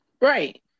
Right